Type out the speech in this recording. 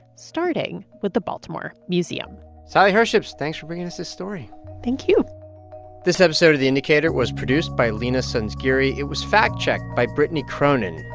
starting with the baltimore museum sally herships, thanks for bringing us this story thank you this episode of the indicator was produced by leena sanzgiri. it was fact-checked by brittany cronin.